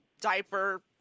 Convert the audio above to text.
diaper